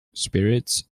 spirits